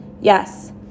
Yes